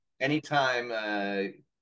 anytime